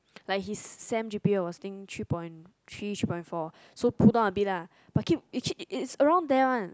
like his sem g_p_a was think three point three three point four so pull down a bit lah but keep it keep it is around there one